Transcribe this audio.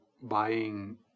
buying